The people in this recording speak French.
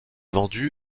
vendu